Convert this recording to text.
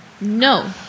No